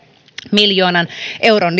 miljoonan euron